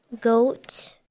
goat